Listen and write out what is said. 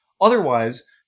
Otherwise